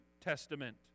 Testament